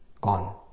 Gone